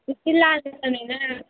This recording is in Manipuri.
ꯍꯧꯖꯤꯛꯇꯤ ꯂꯥꯟ ꯃꯇꯝꯅꯤꯅ